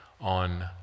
on